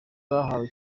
abahawe